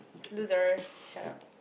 loser shut up